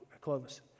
Clovis